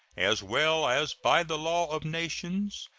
as well as by the law of nations,